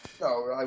No